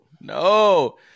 no